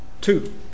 Two